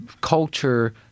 culture